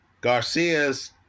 Garcia's